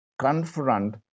confront